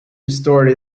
restored